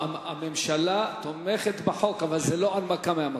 הממשלה תומכת בחוק אבל זאת לא הנמקה מהמקום.